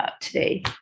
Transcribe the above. today